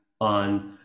on